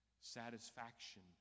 satisfaction